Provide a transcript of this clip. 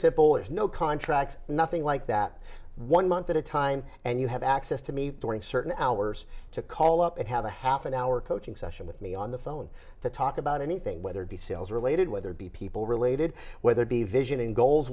simple is no contract nothing like that one month at a time and you have access to me during certain hours to call up and have a half an hour coaching session with me on the phone to talk about anything whether it be sales related whether it be people related whether it be vision in goals